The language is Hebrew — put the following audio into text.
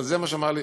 אבל זה מה שאמר לי.